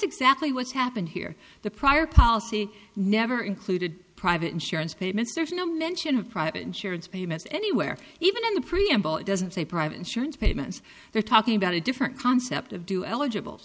exactly what's happened here the prior policy never included private insurance payments there's no mention of private insurance payments anywhere even in the preamble it doesn't say private insurance payments they're talking about a different concept of dual eligible